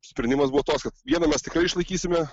sprendimas buvo toks kad vieną mes tikrai išlaikysime